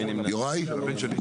נגד,